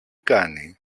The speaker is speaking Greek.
κάνει